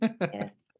Yes